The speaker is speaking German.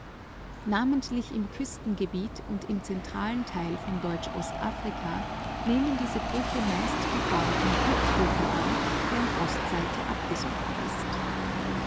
fortsetzt im küstengebiet und im innern von deutsch ostafrika nehmen diese brüche meist die form von bruchstufen an deren ostseite abgesunken ist